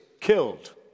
killed